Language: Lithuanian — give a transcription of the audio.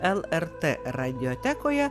lrt radijotekoje